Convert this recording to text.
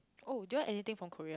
oh do you want anything from Korea